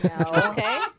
Okay